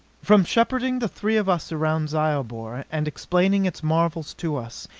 from shepherding the three of us around zyobor and explaining its marvels to us,